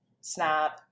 Snap